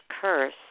curse